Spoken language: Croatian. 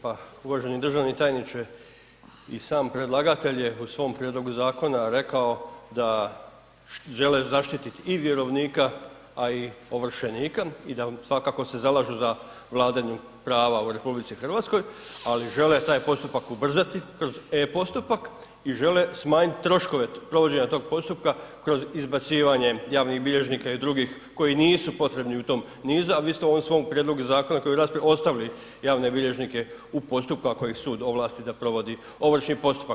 Pa uvaženi državni tajniče i sam predlagatelj je u svom prijedlogu zakona rekao da žele zaštiti i vjerovnika, a i ovršenika i da svakako se zalažu za vladavinu prava u RH, ali žele taj postupak ubrzati kroz e-postupak i žele smanjiti troškove provođenja tog postupka kroz izbacivanje javnih bilježnika i drugih koji nisu potrebni nizu, a vi ste u ovom svom prijedlogu zakona koji je u raspravi ostavili javne bilježnike u postupku ako ih sud ovlasti da provodi ovršni postupak.